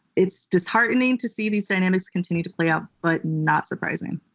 it's disheartening to see these dynamics continue to play out, but not surprising.